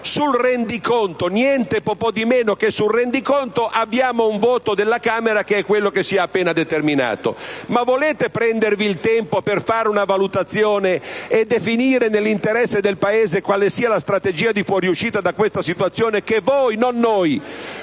alla Spagna), nel mentre, sul rendiconto abbiamo un voto della Camera che è quello che si è appena determinato. Ma volete prendervi il tempo per fare una valutazione e definire, nell'interesse del Paese, quale sia la strategia di fuoriuscita da questa situazione, quella, che voi,